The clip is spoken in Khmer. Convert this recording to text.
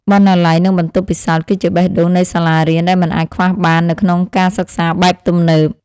បណ្ណាល័យនិងបន្ទប់ពិសោធន៍ គឺជាបេះដូងនៃសាលារៀនដែលមិនអាចខ្វះបាននៅក្នុងការសិក្សាបែបទំនើប។